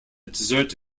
dessert